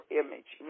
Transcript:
image